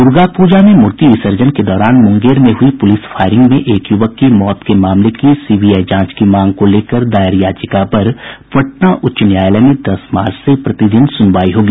दुर्गा पूजा में मूर्ति विसर्जन के दौरान मुंगेर में हुई पुलिस फायरिंग में एक युवक की मौत के मामले की सीबीआई जांच की मांग को लेकर दायर याचिका पर पटना उच्च न्यायालय में दस मार्च से प्रतिदिन सुनवाई होगी